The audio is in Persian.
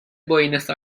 بوینس